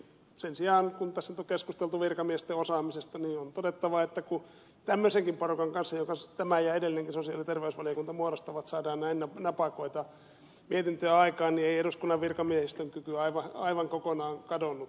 sen sijaan kun tässä nyt on keskusteltu virkamiesten osaamisesta niin on todettava että kun tämmöisenkin porukan kanssa jonka kanssa tämä ja edellinenkin sosiaali ja terveysvaliokunta muodostuvat saadaan näin napakoita mietintöjä aikaan niin ei eduskunnan virkamiehistön kyky aivan kokonaan kadonnut ole